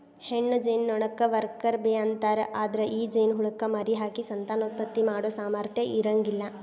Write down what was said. ಹೆಣ್ಣ ಜೇನನೊಣಕ್ಕ worker bee ಅಂತಾರ, ಅದ್ರ ಈ ಜೇನಹುಳಕ್ಕ ಮರಿಹಾಕಿ ಸಂತಾನೋತ್ಪತ್ತಿ ಮಾಡೋ ಸಾಮರ್ಥ್ಯ ಇರಂಗಿಲ್ಲ